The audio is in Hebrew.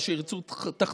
מאשר ייצור תחתונים,